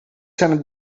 zijn